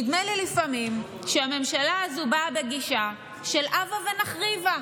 נדמה לי לפעמים שהממשלה הזו באה בגישה של "הבה ונחריבה".